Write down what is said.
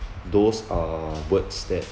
those are words that